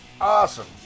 Awesome